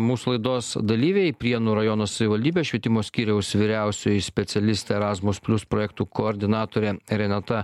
mūsų laidos dalyviai prienų rajono savivaldybės švietimo skyriaus vyriausioji specialistė erasmus plius projektų koordinatorė renata